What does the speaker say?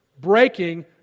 breaking